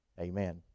amen